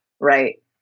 right